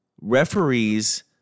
referees